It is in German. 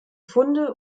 funde